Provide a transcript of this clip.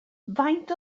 faint